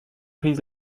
prise